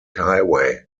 highway